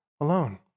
alone